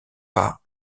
pas